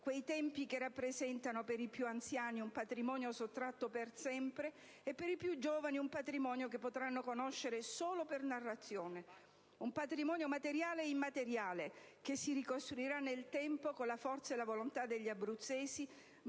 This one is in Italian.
quei tempi che rappresentano, per i più anziani, un patrimonio sottratto per sempre e, per i più giovani, un patrimonio che potranno conoscere solo per narrazione, un patrimonio materiale e immateriale che si ricostruirà nel tempo con la forza e la volontà degli abruzzesi,